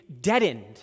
deadened